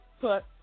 put